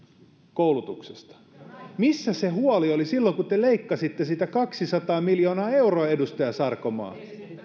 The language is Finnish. koulutuksesta missä se huoli oli silloin kun te leikkasitte siitä kaksisataa miljoonaa euroa edustaja sarkomaa